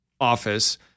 office